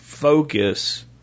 focus